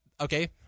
okay